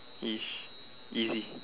is easy